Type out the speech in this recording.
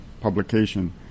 publication